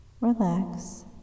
relax